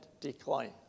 decline